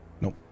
Nope